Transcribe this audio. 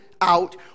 out